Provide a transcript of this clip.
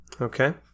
Okay